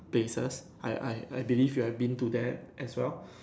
places I I I believe you have been to there as well